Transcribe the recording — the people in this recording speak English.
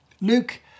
Luke